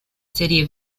serie